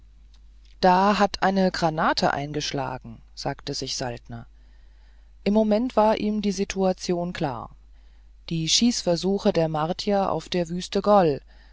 da hat eine granate eingeschlagen sagte sich saltner im moment war ihm die situation klar die schießversuche der martier auf der wüste